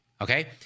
Okay